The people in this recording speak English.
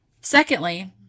secondly